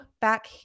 back